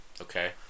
Okay